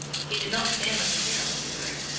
he did not stand on ceremony with her.